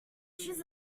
choose